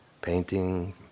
painting